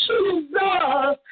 Jesus